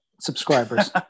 subscribers